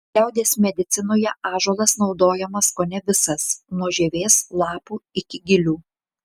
liaudies medicinoje ąžuolas naudojamas kone visas nuo žievės lapų iki gilių